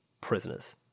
prisoners